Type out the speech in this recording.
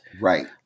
Right